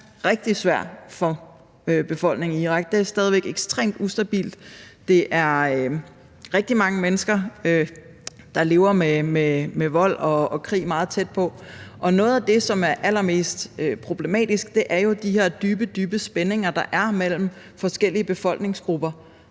rigtig svær for befolkningen i Irak. Der er stadig væk ekstremt ustabilt. Der er rigtig mange mennesker, der lever med vold og krig meget tæt på. Noget af det, som er allermest problematisk, er jo de her dybe, dybe spændinger, der er, mellem forskellige befolkningsgrupper,